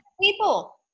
people